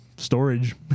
Storage